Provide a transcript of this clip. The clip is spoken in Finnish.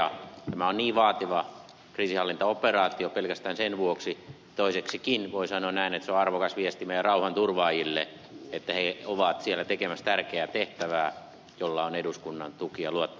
tämä on niin vaativa kriisinhallintaoperaatio pelkästään sen vuoksi ja toiseksikin voi sanoa näin että se on arvokas viesti meidän rauhanturvaajillemme että he ovat siellä tekemässä tärkeää tehtävää ja heillä on eduskunnan tuki ja luottamus takanaan